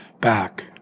back